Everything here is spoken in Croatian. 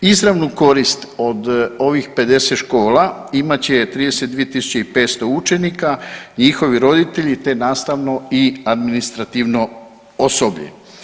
Izravnu korist od ovih 50 škola imat će 32500 učenika, njihovi roditelji, te nastavno i administrativno osoblje.